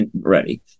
ready